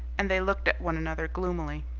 and they looked at one another gloomily.